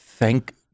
Thank